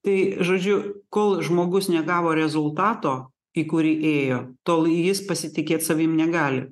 tai žodžiu kol žmogus negavo rezultato į kurį ėjo tol jis pasitikėt savimi negali